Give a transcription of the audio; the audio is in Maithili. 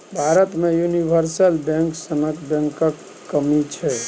भारत मे युनिवर्सल बैंक सनक बैंकक कमी छै